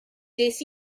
des